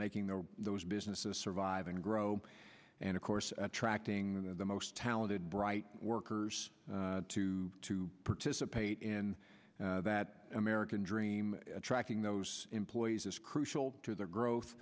making those businesses survive and grow and of course attracting the most talented bright workers too to participate in that american dream attracting those employees is crucial to their growth